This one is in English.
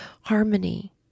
harmony